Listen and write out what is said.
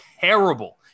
terrible